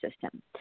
system